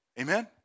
Amen